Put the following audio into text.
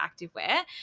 Activewear